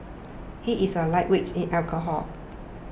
he is a lightweight in alcohol